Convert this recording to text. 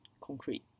concrete